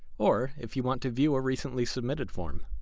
or if you want to view a recently submitted form.